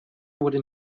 wurde